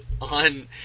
on